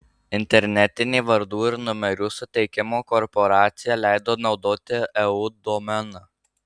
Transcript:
internetinė vardų ir numerių suteikimo korporacija leido naudoti eu domeną